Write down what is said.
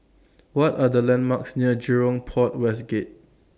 What Are The landmarks near Jurong Port West Gate